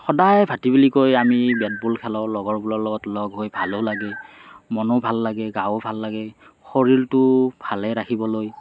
সদায় ভাতিবেলিকৈ আমি বেট বল খেলোঁ লগৰবোৰৰ লগত লগহৈ ভালো লাগে মনো ভাল লাগে গাও ভাল লাগে শৰীৰটো ভালে ৰাখিবলৈ